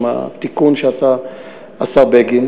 עם התיקון שעשה השר בגין,